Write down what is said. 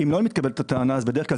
אם לא מתקבלת הטענה בדרך כלל,